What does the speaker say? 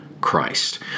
Christ